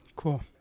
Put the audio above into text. Cool